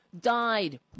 died